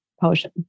potion